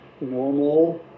normal